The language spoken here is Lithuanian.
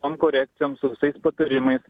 tom korekcijom su visais patarimais